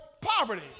poverty